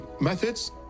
methods